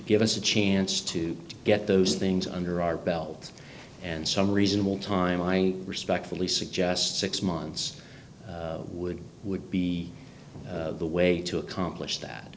give us a chance to get those things under our belt and some reasonable time i respectfully suggest six months would would be the way to accomplish that